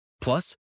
Plus